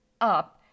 up